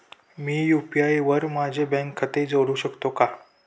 मी UPI वर माझे bank खाते जोडू शकतो का?